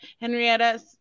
Henrietta